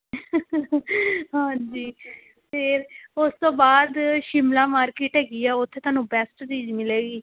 ਹਾਂਜੀ ਫੇਫਿਰ ਉਸ ਤੋਂ ਬਾਅਦ ਸ਼ਿਮਲਾ ਮਾਰਕੀਟ ਹੈਗੀ ਆ ਉੱਥੇ ਤੁਹਾਨੂੰ ਬੈਸਟ ਚੀਜ਼ ਮਿਲੇਗੀ